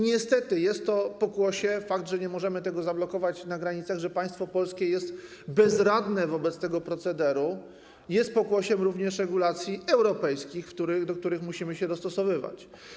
Niestety jest to pokłosie - fakt, że nie możemy tego zablokować na granicach, że państwo polskie jest bezradne wobec tego procederu - również regulacji europejskich, do których musimy się dostosowywać.